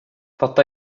fatta